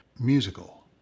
musical